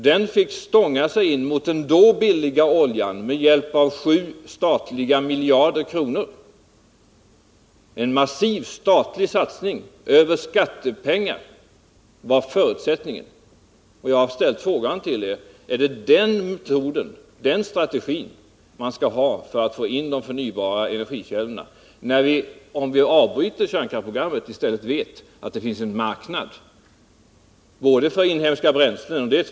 Den fick stånga sig fram för att kunna konkurrera med den då billiga oljan, och detta skedde med hjälp av sju statliga miljarder kronor. En massiv statlig satsning av skattepengar var en förutsättning härför. Jag har ställt frågan tidigare men jag upprepar den: Är det den metoden man skall tillämpa när det gäller att få fram de förnybara energikällorna? Om vi avbryter kärnkraftsprogrammet vet vi ju att det finns en marknad för inhemska uthålliga bränslen.